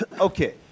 Okay